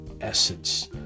essence